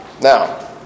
Now